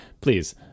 please